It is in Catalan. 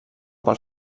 pel